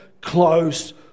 close